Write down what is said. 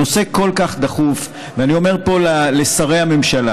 הנושא כל כך דחוף, ואני אומר פה לשרי הממשלה: